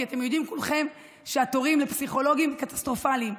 כי אתם יודעים כולכם שהתורים לפסיכולוגים הם קטסטרופליים,